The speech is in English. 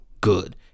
good